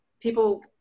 people